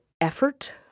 effort